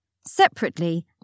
Separately